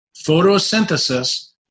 Photosynthesis